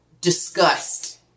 disgust